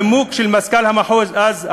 הנימוק של מזכ"ל המחוז אז,